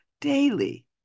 daily